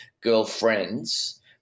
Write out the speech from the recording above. girlfriends